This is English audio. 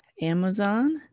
Amazon